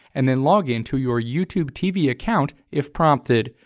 and then log in to your youtube tv account if prompted.